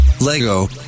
Lego